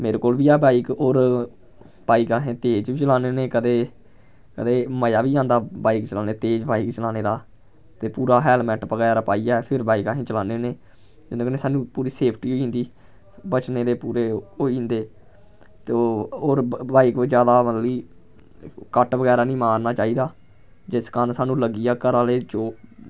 मेरे कोल बी ऐ बाइक होर बाइक अस तेज बी चलान्ने होन्ने कदें ते मजा बी आंदा बाइक चलाने दा तेज बाइक चलाने दा ते पूरा हैलमट बगैरा पाइयै फिर बाइक अस चलान्ने होन्ने एह्दे कन्नै सानूं पूरी सेफ्टी होई जंदी बचने दे पूरे होई जंदे ते होर बाइक उप्पर ज्यादा मतलब कि कट बगैरा नेईं मारना चाहिदा जिस कारण सानूं लग्गी जा घरा आह्ले जो